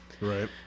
right